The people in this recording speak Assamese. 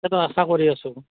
সেইটো আশা কৰি আছোঁ